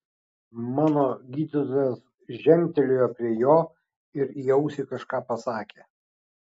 mano gydytojas žengtelėjo prie jo ir į ausį kažką pasakė